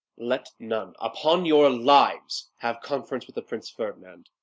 let none, upon your lives, have conference with the prince ferdinand,